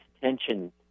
tension